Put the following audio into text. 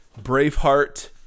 Braveheart